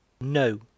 No